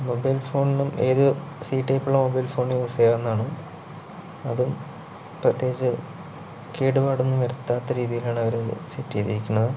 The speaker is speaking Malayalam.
മൊബൈൽ ഫോണിലും ഏത് സീ ടൈപ്പുള്ള മൊബൈൽ ഫോണിലും യൂസെയ്യാവുന്നതാണ് അതും പ്രത്യേകിച്ച് കേടുപാടൊന്നും വരുത്താത്ത രീതിയിലാണ് അവരത് സെറ്റ് ചെയ്തേക്കണത്